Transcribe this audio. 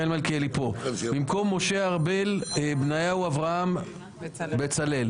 במקום משה ארבל בניהו אברהם בצלאל,